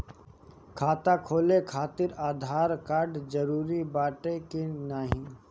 खाता खोले काहतिर आधार कार्ड जरूरी बाटे कि नाहीं?